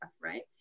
Right